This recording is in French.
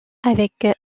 avec